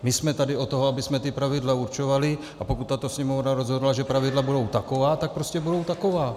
My jsme tady od toho, abychom ta pravidla určovali, a pokud tato Sněmovna rozhodla, že pravidla budou taková, tak prostě budou taková.